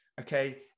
okay